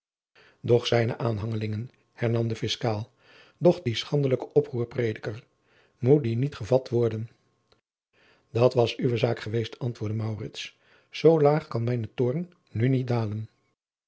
doch zijne aanhangelingen hernam de fiscaal doch die schandelijke oproerprediker moet die niet gevat worden dat was uwe zaak geweest antwoordde maurits zoo laag kan mijn toorn nu niet dalen